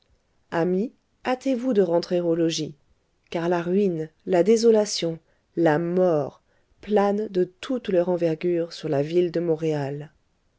amis hâtez-vous de rentrer au logis car la ruine la désolation la mort planent de toute leur envergure sur la ville de montréal